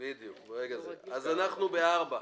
אז אנחנו ב-4.